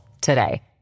today